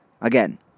again